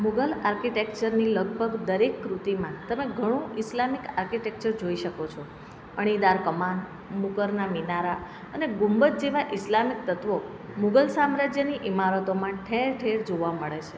મુગલ આર્કિટેક્ચરની લગભગ દરેક કૃતિમાં તમે ઘણું ઈસ્લામિક આર્કિટેક્ચર જોઈ શકો છો અણીદાર કમાન મૂકરના મિનારા અને ગુંબજ જેવા ઈસ્લામી તત્વો મુગલ સામ્રાજ્યની ઈમારતોમાં ઠેર ઠેર જોવા મળે છે